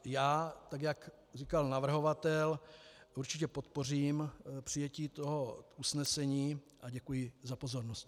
Já, jak říkal navrhovatel, určitě podpořím přijetí usnesení a děkuji za pozornost.